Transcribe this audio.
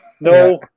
no